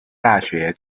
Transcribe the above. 大学